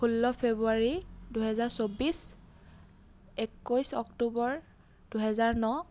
ষোল্ল ফেব্ৰুৱাৰী দুহেজাৰ চৌবিছ একৈছ অক্টোবৰ দুহেজাৰ ন